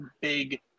big